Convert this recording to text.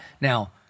Now